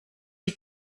die